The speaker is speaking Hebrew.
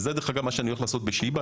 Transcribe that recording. וזה מה שאני הולך לעשות בשיבא.